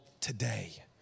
today